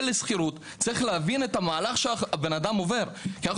צריך להבין את המהלך שאדם עובר כשהוא מגיע לשכירות.